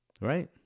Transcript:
Right